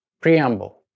Preamble